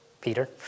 Peter